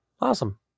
awesome